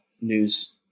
news